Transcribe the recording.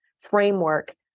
framework